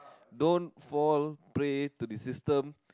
don't fall prey to the system